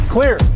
Clear